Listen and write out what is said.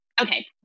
Okay